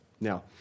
Now